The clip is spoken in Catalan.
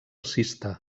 cister